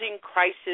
crisis